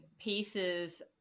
pieces